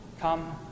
Come